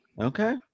Okay